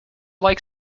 like